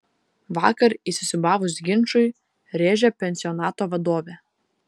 vakar įsisiūbavus ginčui rėžė pensionato vadovė